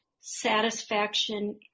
satisfaction